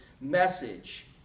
message